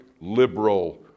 liberal